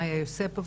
מאיה יוספוב,